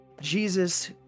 Jesus